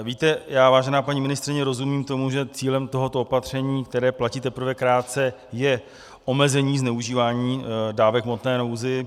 Víte, vážená paní ministryně, já rozumím tomu, že cílem tohoto opatření, které platí teprve krátce, je omezení zneužívání dávek v hmotné nouzi.